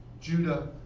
Judah